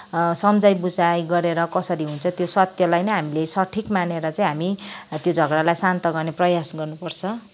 सम्झाइ बुझाइ गरेर कसरी हुन्छ त्यो सत्यलाई नै हामीले सठिक मानेर चाहिँ हामी त्यो झगडालाई शान्त गर्ने प्रयास गर्नुपर्छ